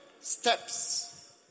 steps